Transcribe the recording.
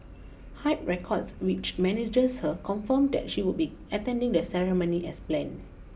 Hype Records which manages her confirmed that she would be attending the ceremony as planned